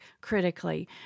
critically